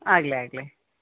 ಆಗಲಿ ಆಗಲಿ